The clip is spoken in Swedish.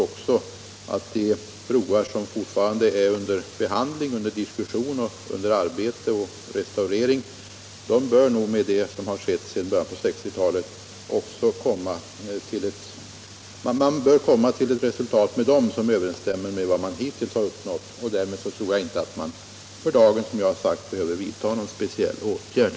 Också när det gäller de broar som nu är under diskussion och restaurering bör man förhoppningsvis — med det som skett sedan början av 1960-talet — nå resultat som överensstämmer med vad som hittills uppnåtts. Jag tror därför, som jag sagt, inte att man för dagen behöver vidta någon speciell åtgärd.